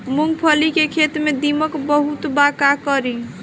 मूंगफली के खेत में दीमक बहुत बा का करी?